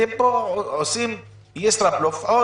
אתם פה עושים ישראבלוף.